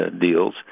deals